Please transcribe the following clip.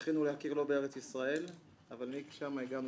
זכינו להכיר לו בארץ ישראל אבל משם הגענו